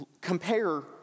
compare